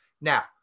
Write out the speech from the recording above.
Now